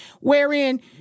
wherein